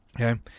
okay